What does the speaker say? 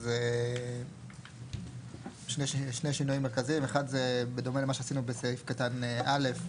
אז שני שינויים מרכזיים: אחד זה בדומה למה שעשינו בסעיף קטן (א),